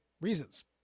reasons